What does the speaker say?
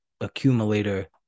accumulator